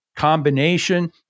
Combination